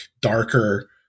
darker